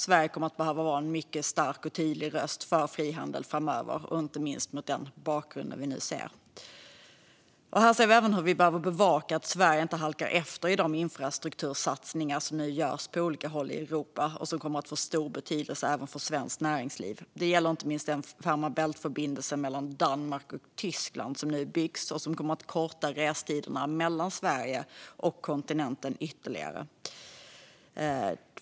Sverige kommer att behöva vara en mycket stark och tydlig röst för frihandel framöver, inte minst mot den bakgrund vi nu ser. Vi behöver även bevaka att Sverige inte halkar efter när det gäller de infrastruktursatsningar som nu görs på olika håll i Europa och som kommer att få stor betydelse även för svenskt näringsliv. Det gäller inte minst Fehmarn bält-förbindelsen mellan Danmark och Tyskland, som nu byggs och som kommer att korta restiderna mellan Sverige och kontinenten ytterligare.